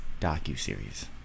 docu-series